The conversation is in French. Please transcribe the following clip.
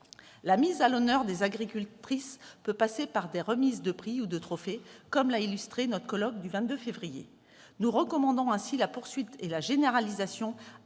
La mise à l'honneur des agricultrices peut passer par des remises de prix ou de trophées, comme l'a illustré notre colloque du 22 février 2017. Nous recommandons ainsi la poursuite et la généralisation à toutes